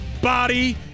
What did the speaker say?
body